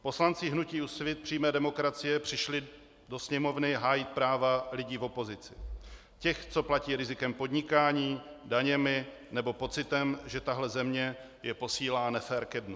Poslanci hnutí Úsvit přímé demokracie přišli do Sněmovny hájit práva lidí v opozici těch, co platí rizikem podnikání, daněmi nebo pocitem, že tahle země je posílá nefér ke dnu.